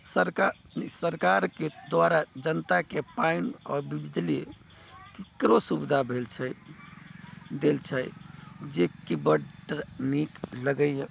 सरकार नइ सरकारके द्वारा जनताके पानि आओर बिजली ककरो सुविधा भेल छै देल छै जे कि बड़ नीक लगैए